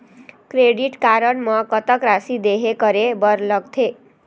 Credit card म कतक राशि देहे करे बर लगथे?